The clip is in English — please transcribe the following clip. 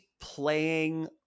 playing